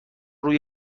روی